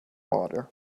water